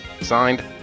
Signed